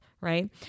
right